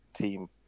team